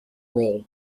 role